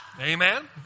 Amen